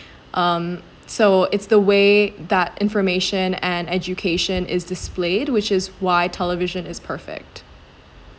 um so it's the way that information and education is displayed which is why television is perfect